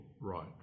right